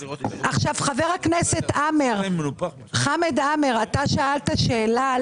חבר הכנסת חמד עמאר, שאלת שאלה.